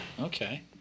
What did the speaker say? Okay